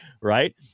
Right